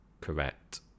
correct